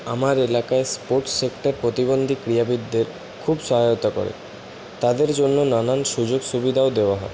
আমার এলাকায় sports sector প্রতিবন্ধী ক্রীড়াবিদদের খুব সহায়তা করে তাদের জন্য নানান সুযোগ সুবিধাও দেওয়া হয়